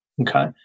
okay